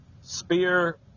spear